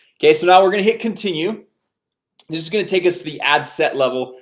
okay so now we're gonna hit continue this is gonna take us to the ad set level.